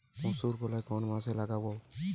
মুসুরকলাই কোন মাসে লাগাব?